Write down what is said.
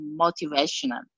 motivational